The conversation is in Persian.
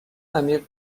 عمیق